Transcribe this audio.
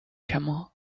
camel